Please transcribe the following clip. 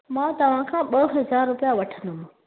मां तव्हांखा ॿ हज़ार रुपिया वठंदमि